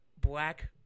Black